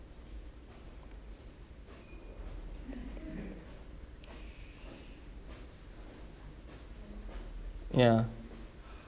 ya